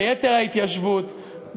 ביתר ההתיישבות,